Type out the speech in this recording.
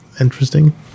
interesting